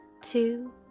two